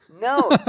No